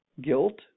guilt